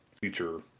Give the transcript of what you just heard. future